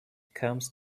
comes